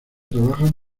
trabajaban